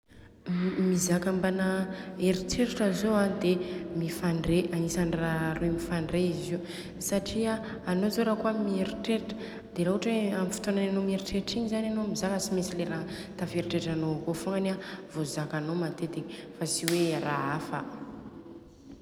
Mizaka ambana eritrertra zô de mifandre. Agnisany ra roy mifandre izy io. Satria anô zô rakôa mieritrertra de ra ohatra ka hoe amin'ny fotoanan'ny anô mieritrertra igny zany anô mizak de tsy mentsy lera tafieritreritranô akô fognany an vôzakanô matetika fa le ra afa.